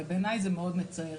ובעיניי זה מאוד מצער.